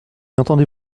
entendez